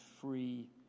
free